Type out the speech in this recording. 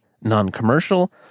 non-commercial